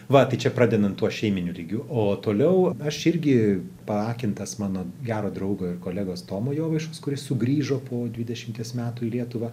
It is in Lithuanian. va tai čia pradedant tuo šeiminiu lygiu o toliau aš irgi paakintas mano gero draugo ir kolegos tomo jovaišos kuris sugrįžo po dvidešimties metų į lietuvą